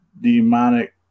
demonic